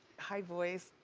hi, boys.